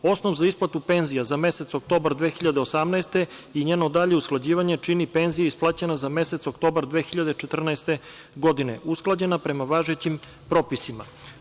Osnov za isplatu penzija za mesec oktobar 2018. i njeno dalje usklađivanje čini penzija isplaćena za mesec oktobar 2014. godine usklađena prema važećim propisima.